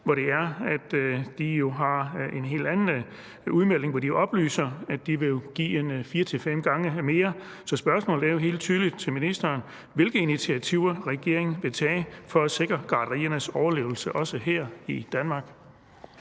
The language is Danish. som har en helt anden udmelding, hvor de oplyser, at de vil give fire-fem gange mere, og vil ministeren oplyse, hvilke initiativer regeringen vil tage for at sikre gartneriernes overlevelse også her i Danmark?